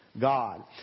god